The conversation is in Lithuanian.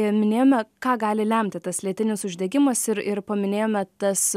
minėjome ką gali lemti tas lėtinis uždegimas ir ir paminėjome tas